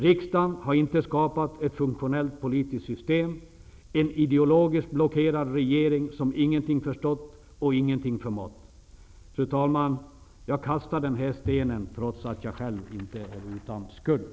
Riksdagen har inte skapat ett funktionellt politiskt system. En ideologiskt blockerad regeringen har ingenting förstått och ingenting förmått. Fru talman! Jag kastar den här stenen, trots att jag själv inte är utan skuld.